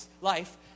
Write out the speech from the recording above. life